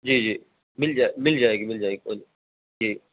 جی جی مل جائے مل جائے گی مل جائے گی کوئی جی